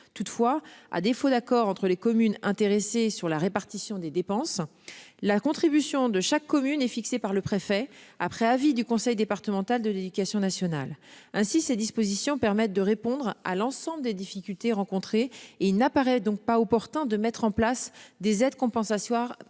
Toutefois, à défaut d'accord entre les communes intéressées sur la répartition des dépenses. La contribution de chaque commune est fixé par le préfet après avis du conseil départemental de l'Éducation nationale. Ainsi ces dispositions permettent de répondre à l'ensemble des difficultés rencontrées et il n'apparaît donc pas opportun de mettre en place des aides compensatoires compensatoires